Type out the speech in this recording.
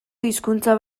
hizkuntza